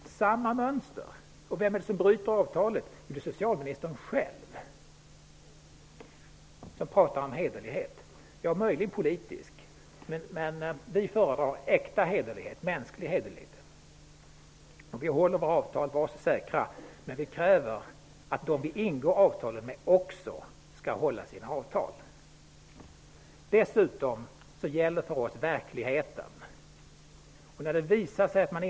Det var samma mönster då. Och vem var det som bröt avtalet? Jo, det var socialministern själv. Tala om hederlighet! Detta är möjligen politisk hederlighet, men vi föredrar äkta hederlighet, mänsklig hederlighet. Och var så säkra på att vi håller våra avtal, men vi kräver att också de som vi ingår avtalen med skall hålla sina. Dessutom är det verkligheten som gäller för oss.